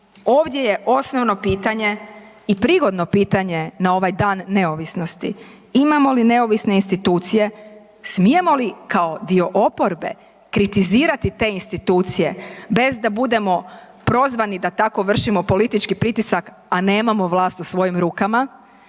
ovdje je osnovno pitanje i prigodno pitanje na ovaj Dan neovisnosti, imamo li neovisne institucije, smijemo li kao dio oporbe kritizirati te institucije bez da budemo prozvani da tako vršimo politički pritisak, a nemamo vlast u svojim rukama